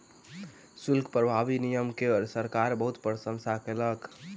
शुल्क प्रभावी नियम के सरकार बहुत प्रशंसा केलक